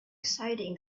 exciting